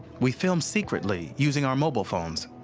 we film secretly using our mobile phones.